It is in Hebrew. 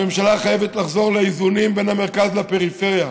הממשלה חייבת לחזור לאיזונים בין המרכז לפריפריה,